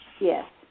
Yes